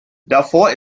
davor